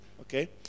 Okay